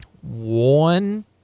One